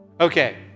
Okay